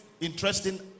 interesting